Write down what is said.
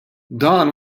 dan